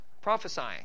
prophesying